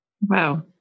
Wow